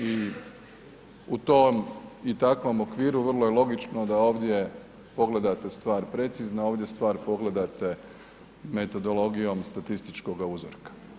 I u tom i takvom okviru vrlo je logično da ovdje pogledate stvar precizno, ovdje stvar pogledate metodologijom statističkoga uzorka.